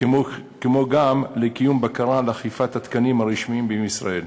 כמו גם לקיום בקרה על אכיפת התקנים הרשמיים בישראל.